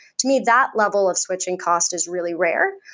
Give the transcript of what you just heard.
to me, that level of switching cost is really rare,